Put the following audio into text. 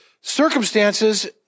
Circumstances